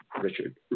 Richard